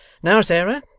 now, sarah,